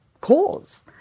cause